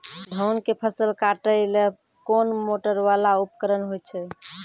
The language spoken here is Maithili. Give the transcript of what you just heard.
धान के फसल काटैले कोन मोटरवाला उपकरण होय छै?